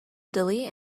delete